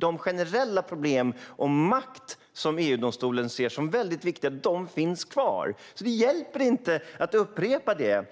De generella problemen om makt som EU-domstolen ser som mycket viktiga finns nämligen kvar. Det hjälper därför inte att upprepa detta.